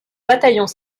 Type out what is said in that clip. bataillons